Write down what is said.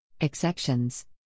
Exceptions